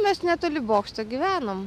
mes netoli bokšto gyvenom